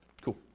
Cool